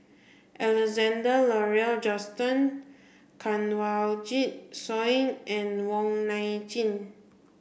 Alexander Laurie Johnston Kanwaljit Soin and Wong Nai Chin